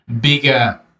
bigger